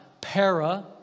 Para